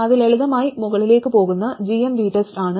അത് ലളിതമായി മുകളിലേക്ക് പോകുന്ന gmVTEST ആണ്